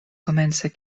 komence